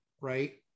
Right